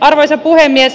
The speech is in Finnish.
arvoisa puhemies